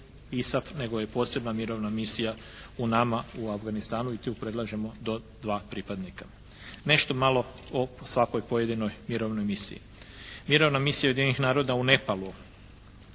nego je posebna mirovna misija u nama u Afganistanu i tu predlažemo do 2 pripadnika. Nešto malo o svakoj pojedinoj mirovnoj misiji. Mirovna misija Ujedinjenih naroda u Nepalu,